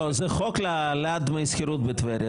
זה חוק להעלאת דמי שכירות בטבריה,